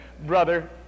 brother